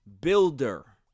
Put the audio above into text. builder